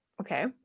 Okay